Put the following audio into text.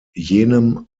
jenem